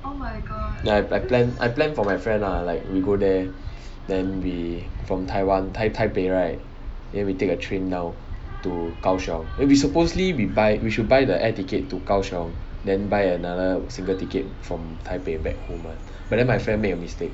ya I plan I plan for my friend lah like we go there then we from taiwan tai~ taipei right then we take a train down to kaoshiung and we supposedly we buy we should buy the air ticket to kaoshiung then buy another single ticket from taipei back home one but then my friend made a mistake